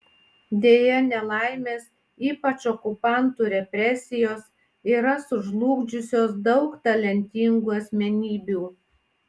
deja nelaimės ypač okupantų represijos yra sužlugdžiusios daug talentingų asmenybių